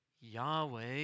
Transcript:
Yahweh